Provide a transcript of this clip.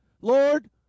lord